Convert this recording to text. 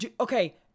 okay